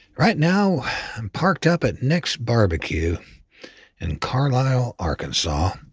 right now i'm parked up at nick's barbecue in carlisle, arkansas,